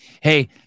Hey